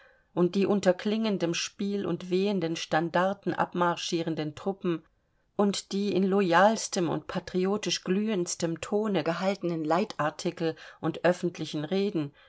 und die unter klingendem spiel und wehenden standarten abmarschierenden truppen und die in loyalstem und patriotisch glühendstem tone gehaltenen leitartikel und öffentlichen reden